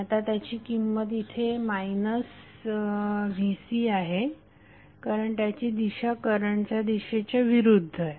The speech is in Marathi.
आता त्याची किंमत इथे vCआहे कारण त्याची दिशा करंटच्या दिशेच्या विरुद्ध आहे